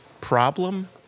problem